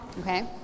Okay